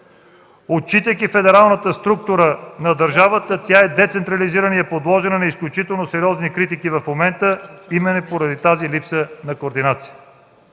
Отчитайки федералната структура на държавата, тя е децентрализирана и е подложена на изключително сериозни критики в момента именно поради тази липса на координация.